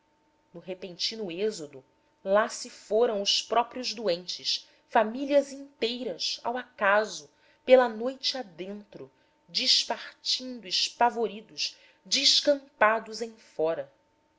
no repentino êxodo lá se foram os próprios doentes famílias inteiras ao acaso pela noite dentro dispartindo espavoridos descampados em fora